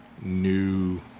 new